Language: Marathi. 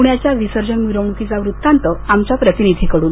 पुण्याच्या विसर्जन मिरवणुकीचा व्रत्तांत आमच्या प्रतिनिधीकडून